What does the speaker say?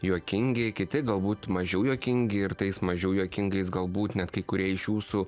juokingi kiti galbūt mažiau juokingi ir tais mažiau juokingais galbūt net kai kurie iš jūsų